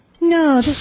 No